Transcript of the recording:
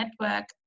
network